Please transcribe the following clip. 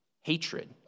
hatred